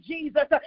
Jesus